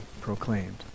proclaimed